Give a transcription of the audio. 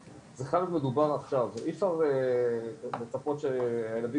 זה חייב להיות מדובר עכשיו ואי אפשר לצפות שהילדים